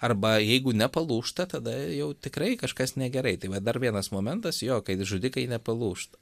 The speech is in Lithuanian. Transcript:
arba jeigu nepalūžta tada jau tikrai kažkas negerai tai vat dar vienas momentas jo kai žudikai nepalūžta